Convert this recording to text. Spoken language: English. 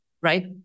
right